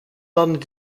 landen